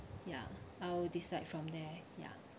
ya I'll decide from there ya